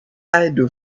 idle